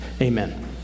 Amen